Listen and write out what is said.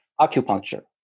acupuncture